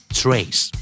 trace